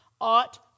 ought